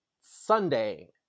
Sunday